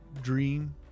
dream